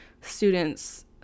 students